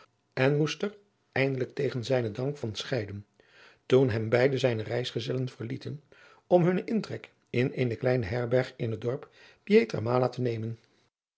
en moest er eindelijk tegen zijnen dank van scheiden toen hem beide zijne reisgezellen verlieten om hunnen intrek in eene kleine herberg in het dorp pietra mala te nemen